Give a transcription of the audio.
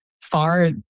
far